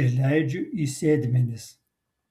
ir leidžiu į sėdmenis